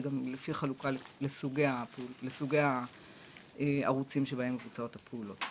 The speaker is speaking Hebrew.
וגם חלוקה לסוגי הערוצים בהם מתבצעות הפעולות.